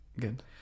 Good